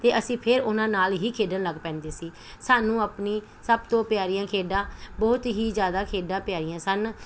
ਅਤੇ ਅਸੀਂ ਫੇਰ ਉਹਨਾਂ ਨਾਲ ਹੀ ਖੇਡਣ ਲੱਗ ਪੈਂਦੇ ਸੀ ਸਾਨੂੰ ਆਪਣੀ ਸਭ ਤੋਂ ਪਿਆਰੀਆਂ ਖੇਡਾਂ ਬਹੁਤ ਹੀ ਜ਼ਿਆਦਾ ਖੇਡਾਂ ਪਿਆਰੀਆਂ ਸਨ